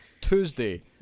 Tuesday